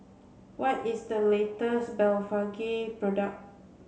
what is the latest Blephagel product